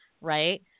right